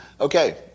Okay